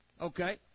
okay